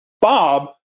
Bob